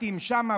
השלטים שם,